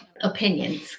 opinions